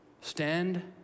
Stand